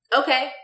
okay